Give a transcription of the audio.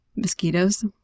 mosquitoes